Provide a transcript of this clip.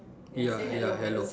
ya ya hello